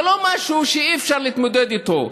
זה לא משהו שאי-אפשר להתמודד איתו.